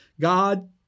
God